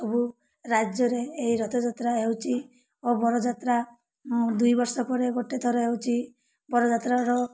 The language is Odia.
ସବୁ ରାଜ୍ୟରେ ଏହି ରଥଯାତ୍ରା ହେଉଛି ଓ ବରଯାତ୍ରା ଦୁଇ ବର୍ଷ ପରେ ଗୋଟେ ଥର ହେଉଛି ବରଯାତ୍ରାର